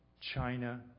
China